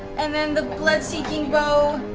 and then the bloodseeking bow